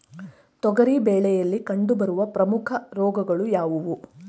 ತೊಗರಿ ಬೆಳೆಯಲ್ಲಿ ಕಂಡುಬರುವ ಪ್ರಮುಖ ರೋಗಗಳು ಯಾವುವು?